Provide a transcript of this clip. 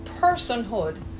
personhood